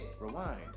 Rewind